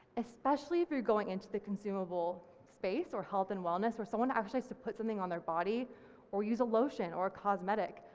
especially if you're going into the consumable space or health and wellness, where someone actually is to put something on their body or use a lotion or cosmetic.